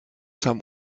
some